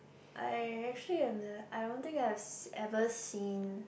I actually have nev~ I don't think I have ever seen